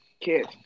kids